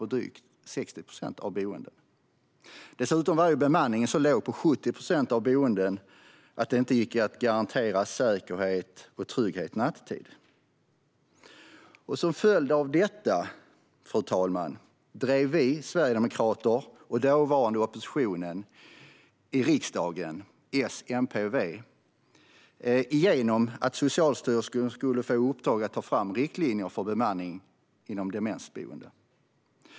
På 70 procent av boendena var bemanningen så låg att det inte gick att garantera trygghet och säkerhet nattetid. Fru talman! Som en följd av detta drev vi sverigedemokrater och den dåvarande oppositionen i riksdagen, S, MP och V, igenom att Socialstyrelsen skulle få i uppdrag att ta fram riktlinjer för bemanning på demensboenden.